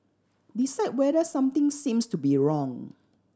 decide whether something seems to be wrong